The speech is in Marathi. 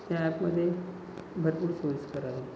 त्या ॲपमधे भरपूर सोयीस्कर आहे